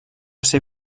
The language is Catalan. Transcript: ser